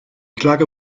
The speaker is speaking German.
klage